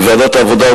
בוועדת העבודה,